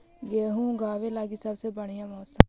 गेहूँ ऊगवे लगी सबसे बढ़िया मौसम?